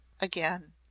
again